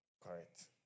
correct